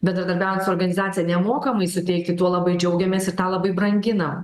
bendradarbiaut su organizacija nemokamai suteikti tuo labai džiaugiamės ir tą labai branginam